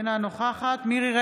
אינה נוכחת מירי מרים